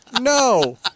No